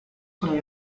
con